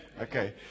Okay